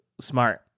smart